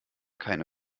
keine